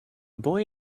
boy